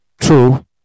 True